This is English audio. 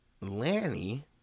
Lanny